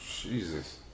Jesus